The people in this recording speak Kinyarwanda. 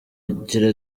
agira